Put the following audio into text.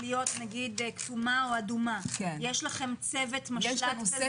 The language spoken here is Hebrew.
הופכת לכתומה או אדומה, יש לכם צוות משל"ט?